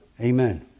Amen